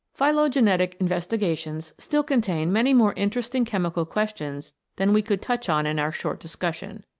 phylogenetic investigations still contain many more interesting chemical questions than we could touch on in our short discussion.